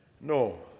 No